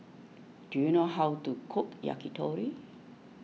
do you know how to cook Yakitori